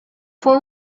fue